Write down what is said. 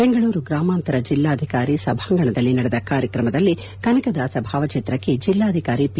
ಬೆಂಗಳೂರು ಗ್ರಾಮಾಂತರ ಜಿಲ್ಲಾಧಿಕಾರಿ ಸಭಾಂಗಣದಲ್ಲಿ ನಡೆದ ಕಾರ್ಯಕ್ರಮದಲ್ಲಿ ಕನಕದಾಸರ ಭಾವಚಿತ್ರಕ್ಕೆ ಜೆಲ್ಲಾಧಿಕಾರಿ ಪಿ